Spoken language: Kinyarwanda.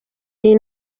iyi